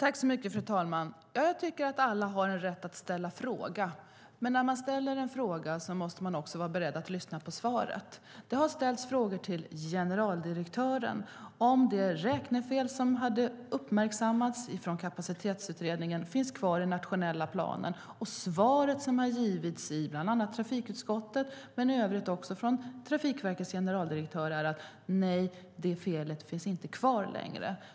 Fru talman! Alla har en rätt att ställa en fråga. Men när man ställer en fråga måste man vara beredd att lyssna på svaret. Det har ställts frågor till generaldirektören om det räknefel som har uppmärksammats från Kapacitetsutredningen finns kvar i den nationella planen. Det svar som har givits i bland annat i trafikutskottet men också från Trafikverkets generaldirektör är: Nej, det felet finns inte kvar längre.